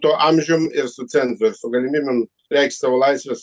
tuo amžium ir su cenzu ir su galimybėm reikšt savo laisves